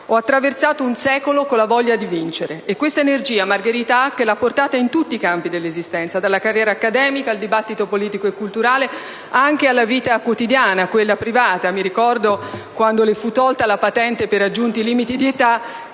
«Ho attraversato un secolo con la voglia di vincere». E questa energia Margherita Hack l'ha portata in tutti i campi dell'esistenza: dalla carriera accademica al dibattito politico e culturale, anche alla vita quotidiana, quella privata. Ricordo che quando le fu tolta la patente per raggiunti limiti di età,